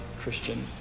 Christian